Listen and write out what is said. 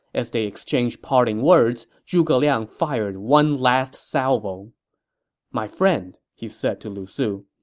as they exchanged parting words, zhuge liang fired one last salvo my friend, he said to lu su,